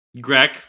Greg